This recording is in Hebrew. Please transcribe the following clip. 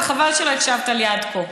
וחבל שלא הקשבת לי עד כה.